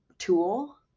tool